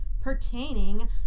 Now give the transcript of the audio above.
pertaining